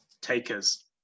Takers